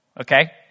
Okay